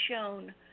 shown